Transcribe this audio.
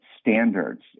standards